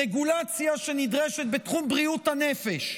רגולציה שנדרשת בתחום בריאות הנפש,